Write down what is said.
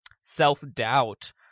self-doubt